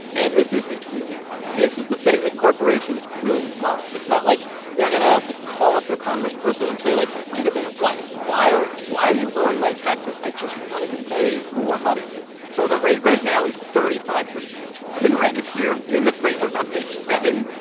and this is the easy part. this is the thing that corporations will love. it's not like they're going to, like, call up their congressperson and say, like, wait a minute. why why are you lowering my taxes? i just wanted to pay more money so the rate right now is thirty five percent. and the new rate is here in the framework on page seven,